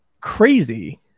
crazy